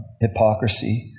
Hypocrisy